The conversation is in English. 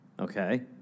Okay